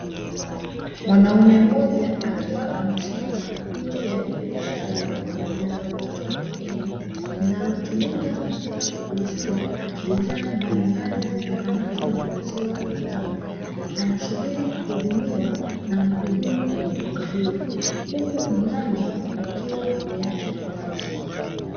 Mwanaume mmoja akiwa amesimama nje ya dirisha la duka linaloitwa "kiemi", linalotumika katika kuuzia bidhaa mbalimbali zitokanazo na maziwa ya ng’ombe. Anasubiri kuhudumiwa na mhudumu wa duka hilo, huku mlango ukiwa umeachwa wazi.